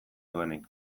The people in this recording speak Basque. duenik